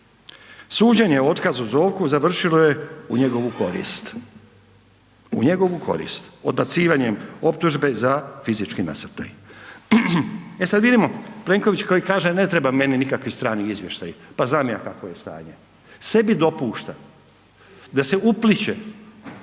Suđenje o otkazu Zovku završilo je u njegovu korist, u njegovu korist, odbacivanjem optužbe za fizički nasrtaj. E sada vidimo, Plenković koji kaže, ne treba meni nikakvi strani izvještaji, pa znam ja kavo je stanje. Sebi dopušta da se upliće